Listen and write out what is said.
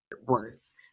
words